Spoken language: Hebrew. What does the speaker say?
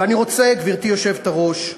ואני רוצה, גברתי היושבת-ראש,